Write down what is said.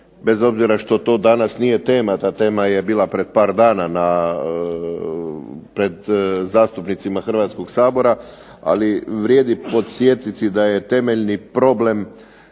bez obzira što to danas nije tema, ta tema je bila pred par dana pred zastupnicima Hrvatskog sabora, ali vrijedi podsjetiti da je temeljni problem